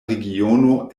regiono